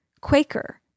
Quaker